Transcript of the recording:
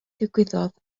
ddigwyddodd